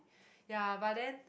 ya but then